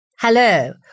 Hello